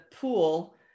pool